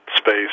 space